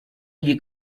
gli